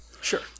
Sure